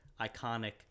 iconic